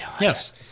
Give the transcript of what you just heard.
Yes